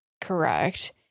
Correct